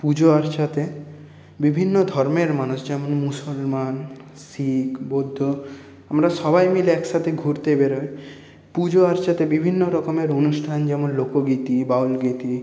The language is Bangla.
পুজো আর্চাতে বিভিন্ন ধর্মের মানুষ যেমন মুসলমান শিখ বৌদ্ধ আমরা সবাই মিলে একসাথে ঘুরতে বেরোই পুজো আর্চাতে বিভিন্ন রকমের অনুষ্ঠান যেমন লোকগীতি বাউল গীতি